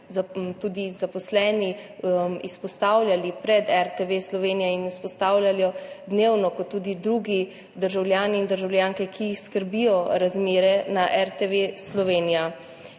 tudi zaposleni pred RTV Slovenija in izpostavljajo dnevno, kot tudi drugi državljani in državljanke, ki jih skrbijo razmere na RTV Slovenija.